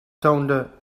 toonde